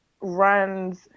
runs